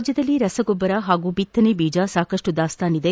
ರಾಜ್ಯದಲ್ಲಿ ರಸಗೊಬ್ಬರ ಹಾಗೂ ಬಿತ್ತನೆ ಬೀಜ ಸಾಕಷ್ಟು ದಾಸ್ತಾನು ಇದೆ